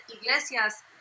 Iglesias